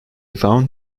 found